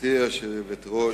גברתי היושבת-ראש,